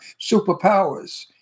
superpowers